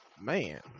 Man